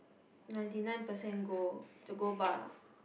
ninety nine percent gold is a gold bar